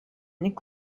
nick